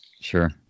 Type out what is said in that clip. Sure